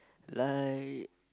like